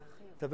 אחרת.